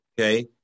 Okay